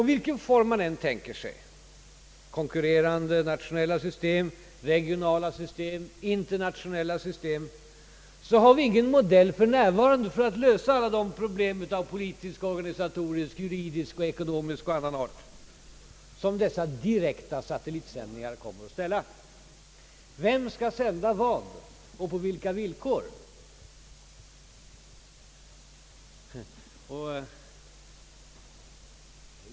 Vilken form man än tänker sig — ett antal konkurrerande nationella system, regionala system eller internationella system — har vi för närvarande ingen modell för att lösa alla de problem av politisk, organisatorisk, juridisk och annan art som dessa direkta satellitsändningar kommer att ställa. Vem skall sända vad till vem och på vilka villkor?